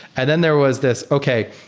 and then there was this, okay,